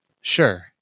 Sure